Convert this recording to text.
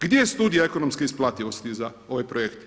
Gdje je studija ekonomske isplativosti za ovaj projekt?